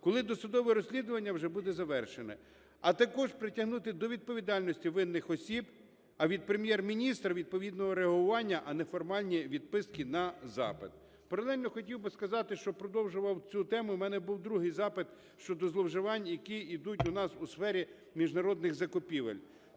коли досудове розслідування вже буде завершене, а також притягнути до відповідальності винних осіб, а від Прем'єр-міністра - відповідного реагування, а не формальні відписки на запит. Паралельно хотів би сказати, що продовжував цю тему, і в мене був другий запит щодо зловживань, які йдуть у нас у сфері міжнародних закупівель.